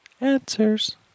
answers